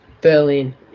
Berlin